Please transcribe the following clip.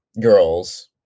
girls